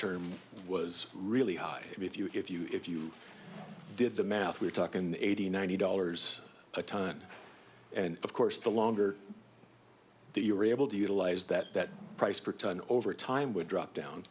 term was really high if you if you if you did the math we're talking eighty ninety dollars a time and of course the longer that you're able to utilise that that price per tonne over time would drop down